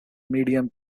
medium